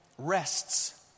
rests